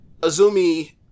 Azumi